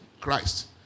christ